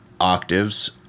octaves